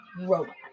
robot